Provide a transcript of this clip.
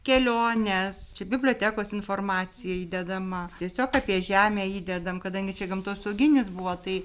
keliones čia bibliotekos informacija įdedama tiesiog apie žemę įdedam kadangi čia gamtosauginis buvo tai